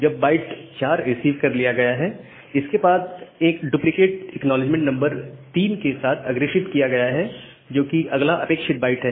जब byte 4 receive कर लिया गया है इसके बाद एक डुप्लीकेट ACK एक्नॉलेजमेंट नंबर 3 के साथ अग्रेषित किया गया है जोकि अगला अपेक्षित बाइट है